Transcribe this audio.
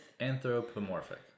anthropomorphic